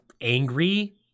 angry